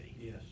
yes